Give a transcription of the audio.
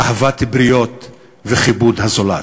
אהבת בריות וכיבוד הזולת.